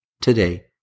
today